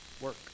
Work